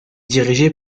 dirigé